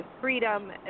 freedom